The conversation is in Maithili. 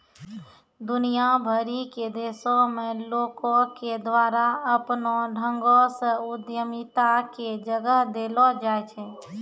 दुनिया भरि के देशो मे लोको के द्वारा अपनो ढंगो से उद्यमिता के जगह देलो जाय छै